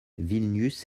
vilnius